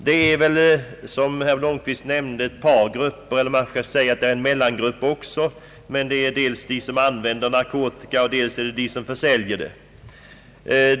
Som herr Blomquist nämnde, finns det en mellangrupp, men huvudsakligen rör det sig om två stora grupper: dels de som använder narkotika, dels de som försäl jer den.